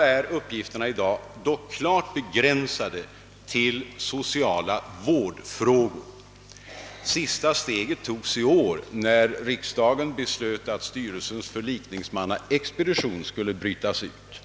är uppgifterna i dag dock klart begränsade till sociala vårdfrågor. Sista steget togs i år när riksdagen beslöt att styrelsens förlikningsmannaexpedition skulle brytas ut.